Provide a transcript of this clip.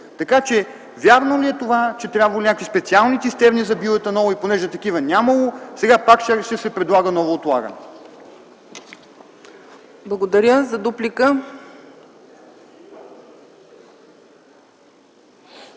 Така че вярно ли е това, че трябвало някакви специални цистерни за биоетанола? И понеже такива нямало, сега пак ще се предлага ново отлагане? ПРЕДСЕДАТЕЛ ЦЕЦКА